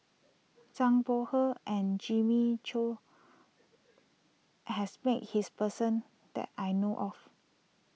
Zhang Bohe and Jimmy Chok has met his person that I know of